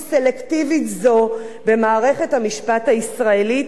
סלקטיבית זו במערכת המשפט הישראלית,